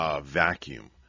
vacuum